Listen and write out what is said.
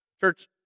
Church